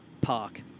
park